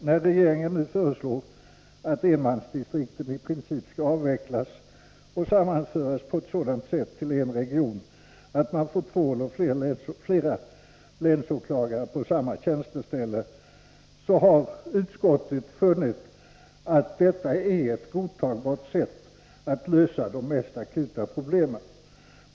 När regeringen nu föreslår att enmansdistrikten i princip skall avvecklas och sammanföras på sådant sätt till en region att man får två eller flera länsåklagare på samma tjänsteställe, har utskottet funnit att detta är ett godtagbart sätt att lösa de mest akuta problemen på.